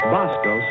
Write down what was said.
Bosco